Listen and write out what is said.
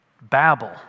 babble